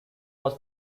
was